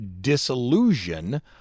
disillusion